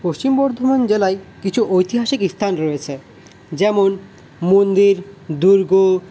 পশ্চিম বর্ধমান জেলায় কিছু ঐতিহাসিক স্থান রয়েছে যেমন মন্দির দুর্গ